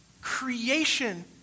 creation